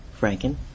Franken